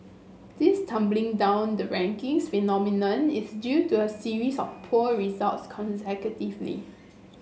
this tumbling down the rankings phenomenon is due to a series of poor results consecutively